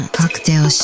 cocktail